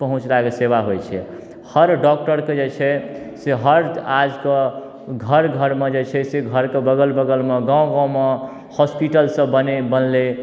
पहुँचलाके सेवा होइ छै हर डॉक्टरके जे छै से हर आजके घर घरमे जे छै से घरके बगल बगलमे गाँव गाँवमे हॉस्पिटल सब बनै बनलै